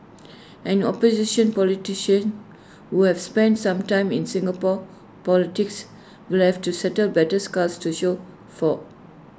any opposition politician who has spent some time in Singapore politics will left to settle battle scars to show for